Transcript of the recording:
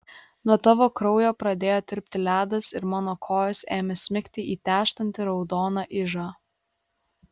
nuo tavo kraujo pradėjo tirpti ledas ir mano kojos ėmė smigti į tęžtantį raudoną ižą